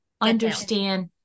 understand